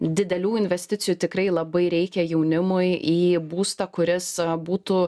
didelių investicijų tikrai labai reikia jaunimui į būstą kuris būtų